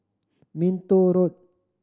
Minto Road